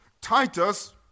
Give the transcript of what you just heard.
Titus